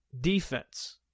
defense